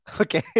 Okay